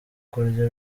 kurya